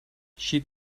she